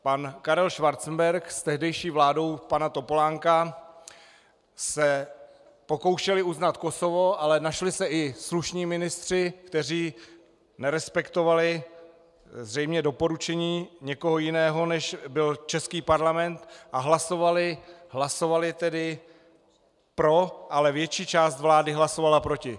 Pan Karel Schwarzenberg s tehdejší vládou pana Topolánka se pokoušeli uznat Kosovo, ale našli se i slušní ministři, kteří nerespektovali zřejmě doporučení někoho jiného, než byl český parlament, a hlasovali tedy pro, ale větší část vlády hlasovala proti.